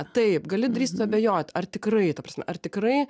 taip gali drįst suabejot ar tikrai ta prasme ar tikrai